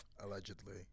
Allegedly